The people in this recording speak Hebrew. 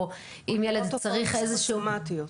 או --- או תופעות פסיכוסומטיות.